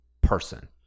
person